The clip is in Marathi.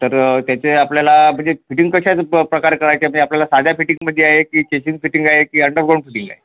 तर त्याचे आपल्याला म्हणजे फिटिंग कशाच प प्रकारे करायचे म्हणजे आपल्याला साध्या फिटिंगमध्ये आहे की केसिंग फिटिंग आहे की अंडरग्राउंड फिटिंग आहे